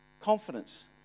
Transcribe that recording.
confidence